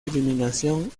eliminación